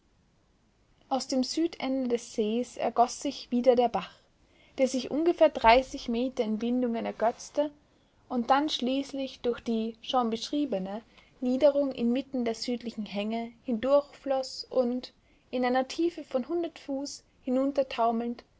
aus dem südende des sees ergoß sich wieder der bach der sich ungefähr dreißig meter in windungen ergötzte und dann schließlich durch die schon beschriebene niederung inmitten der südlichen hänge hindurchfloß und in eine tiefe von hundert fuß